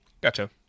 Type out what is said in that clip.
Gotcha